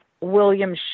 William